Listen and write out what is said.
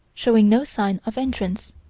showing no sign of entrance.